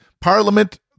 parliament